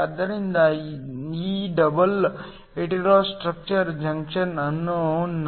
ಆದ್ದರಿಂದ ಈ double heterostructure junction ಅನ್ನು